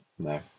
No